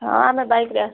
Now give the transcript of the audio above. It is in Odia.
ହଁ ଆମେ ବାଇକ୍ରେ ଆସୁଛୁ